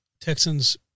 Texans